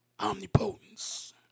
omnipotence